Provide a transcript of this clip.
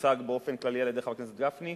שהוצג באופן כללי על-ידי חבר הכנסת גפני,